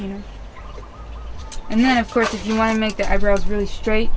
you know and then of course if you want to make their eyebrows really straight